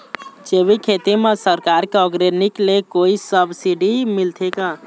जैविक खेती म सरकार के ऑर्गेनिक ले कोई सब्सिडी मिलथे का?